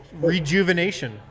rejuvenation